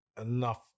enough